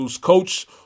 coach